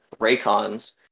Raycons